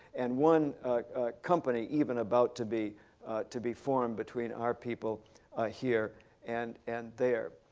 and one company even about to be to be formed between our people here and and there.